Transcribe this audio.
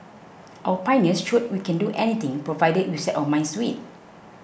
our pioneers showed we can do anything provided we set our minds to it